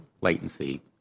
latency